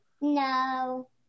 No